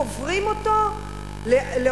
קוברים אותו לעולמים.